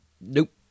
Nope